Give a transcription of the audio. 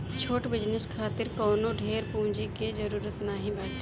छोट बिजनेस खातिर कवनो ढेर पूंजी के जरुरत नाइ बाटे